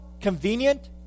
convenient